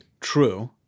True